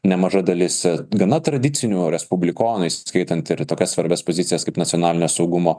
nemaža dalis gana tradicinių respublikonų įskaitant ir tokias svarbias pozicijas kaip nacionalinio saugumo